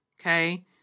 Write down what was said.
Okay